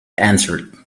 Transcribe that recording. answered